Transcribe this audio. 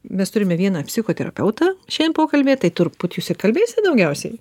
mes turime vieną psichoterapeutą šiandien pokalbyje tai turbūt jūs ir kalbėsit daugiausiai